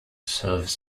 serves